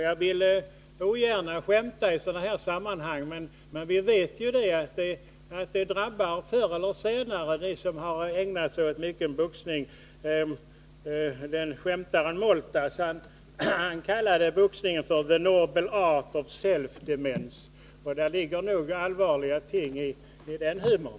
Jag vill ogärna skämta i sådana här sammanhang, men vi vet ju att de som har ägnat sig mycket åt boxning förr eller senare drabbas. Skämtaren Moltas har kallat boxningen the noble art of ”self-demens” , och det ligger nog allvar i den humorn.